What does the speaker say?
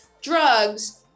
drugs